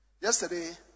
Yesterday